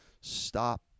stop